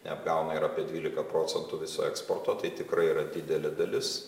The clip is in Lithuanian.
neapgauna yra apie dvylika procentų viso eksporto tai tikrai yra didelė dalis